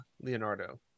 Leonardo